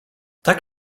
tak